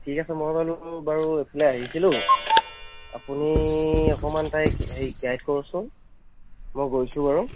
ঠিক আছে মই বাৰু বাৰু এইফালে আহিছিলোঁ আপুনি অকণমান তাইক সেই গাইড কৰকচোন মই গৈছোঁ বাৰু